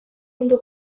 mundu